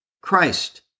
Christ